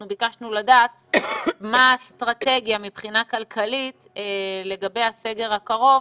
אנחנו ביקשנו לדעת מה האסטרטגיה מבחינה כלכלית לגבי הסגר הקרוב.